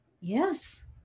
Yes